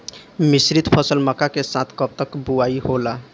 मिश्रित फसल मक्का के साथ कब तक बुआई होला?